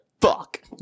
fuck